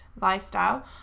lifestyle